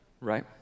Right